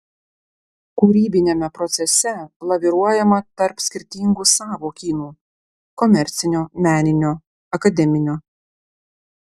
kūrybiniame procese laviruojama tarp skirtingų sąvokynų komercinio meninio akademinio